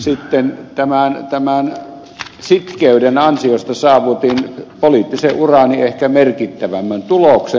sitten tämän sitkeyden ansiosta saavutin poliittisen urani ehkä merkittävimmän tuloksen